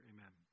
Amen